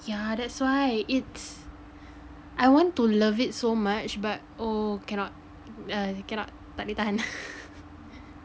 yeah that's why it's I want to love it so much but oh cannot err cannot tak boleh tahan